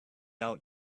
out